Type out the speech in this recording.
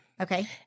Okay